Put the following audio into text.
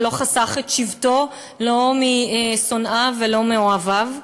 ולא חסך את שבטו לא משונאיו ולא מאוהביו.